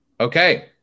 Okay